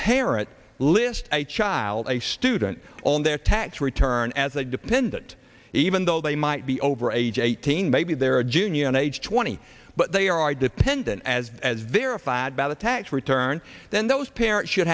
parent list a child a student on their tax return as a dependent even though they might be over age eighteen maybe they're a junior on age twenty but they are dependent as as verified by the tax return then those parents should